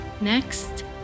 Next